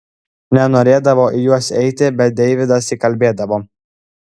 nenorėdavo į juos eiti bet deividas įkalbėdavo